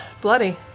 bloody